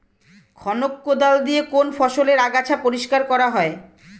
খনক কোদাল দিয়ে কোন ফসলের আগাছা পরিষ্কার করা হয়?